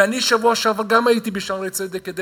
בשבוע שעבר הייתי גם ב"שערי צדק" כדי